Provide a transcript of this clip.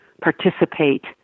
participate